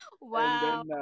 wow